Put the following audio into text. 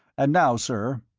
and now, sir,